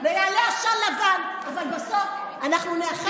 יעלה עשן לבן, אבל בסוף אנחנו נאחד כוחות.